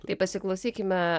tai pasiklausykime